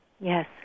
Yes